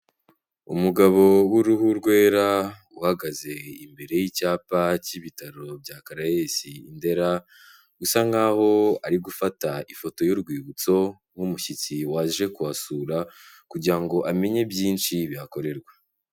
Umugabo w'uruhu rwera uhagaze imbere y'icyapa cy'ibitaro bya Caraes i Ndera, usa nk'aho ari gufata ifoto y'urwibutso nk'umushyitsi waje kuhasura kugira ngo amenye byinshi bihakorerwa.